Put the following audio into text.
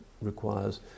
requires